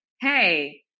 hey